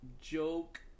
joke